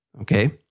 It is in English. Okay